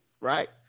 right